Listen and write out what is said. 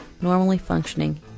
normally-functioning